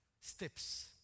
steps